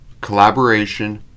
collaboration